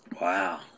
Wow